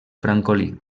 francolí